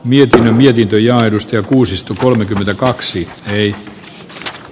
miltä lintuja edusti kuusisto kolmekymmentäkaksi jani t